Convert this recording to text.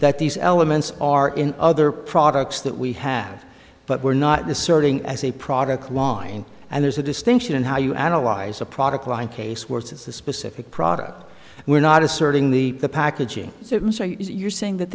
that these elements are in other products that we have but we're not the serving as a product line and there's a distinction in how you analyze a product line case worse it's a specific product we're not asserting the packaging so you're saying that